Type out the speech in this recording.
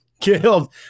killed